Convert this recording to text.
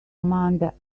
amanda